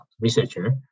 researcher